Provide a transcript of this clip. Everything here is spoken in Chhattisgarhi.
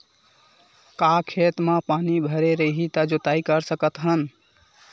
का खेत म पानी भरे रही त जोताई कर सकत हन?